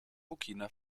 burkina